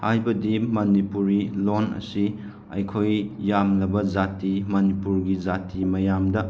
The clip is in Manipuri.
ꯍꯥꯏꯕꯗꯤ ꯃꯅꯤꯄꯨꯔꯤ ꯂꯣꯟ ꯑꯁꯤ ꯑꯩꯈꯣꯏ ꯌꯥꯝꯂꯕ ꯖꯥꯇꯤ ꯃꯅꯤꯄꯨꯔꯒꯤ ꯖꯥꯇꯤ ꯃꯌꯥꯝꯗ